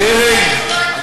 עלי,